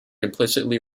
implicitly